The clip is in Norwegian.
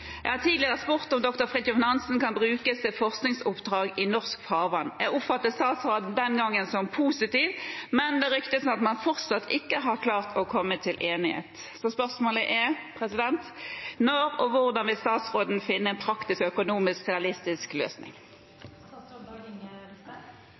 Jeg har tidligere spurt om «Dr. Fridtjof Nansen» kan brukes til forskningsoppdrag i norsk farvann. Jeg oppfattet statsråden som positiv, men det ryktes at man fortsatt ikke har klart å komme til enighet. Når og hvordan vil statsråden finne en praktisk og økonomisk realistisk